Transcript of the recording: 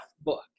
book